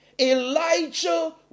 Elijah